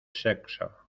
sexo